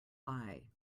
eye